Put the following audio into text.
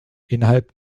innerhalb